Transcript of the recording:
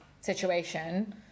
situation